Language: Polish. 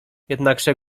jednakże